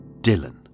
Dylan